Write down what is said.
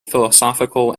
philosophical